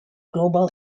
global